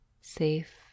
safe